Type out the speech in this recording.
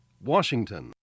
Washington